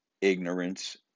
ignorance